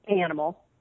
animal